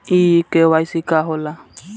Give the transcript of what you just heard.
इ के.वाइ.सी का हो ला?